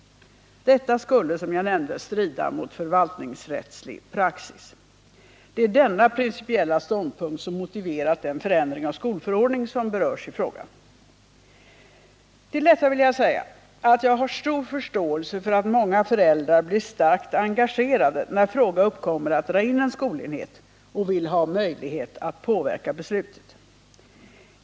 Detta skulle, som jag nämnde, strida mot förvaltningsrättslig praxis. Det är denna principiella ståndpunkt som motiverat den förändring av skolförordningen som berörs i frågan. Till detta vill jag säga att jag har stor förståelse för att många föräldrar blir starkt engagerade när fråga uppkommer att dra in en skolenhet och vill ha möjlighet att påverka beslutet.